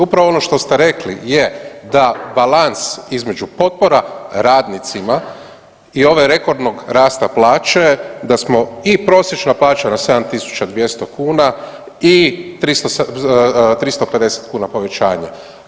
Upravo ono što ste rekli je da balans između potpora radnicima i ovog rekordnog rasta plaće da smo i prosječna na 7.200 kuna i 350 kuna povećanja.